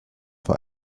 for